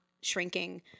shrinking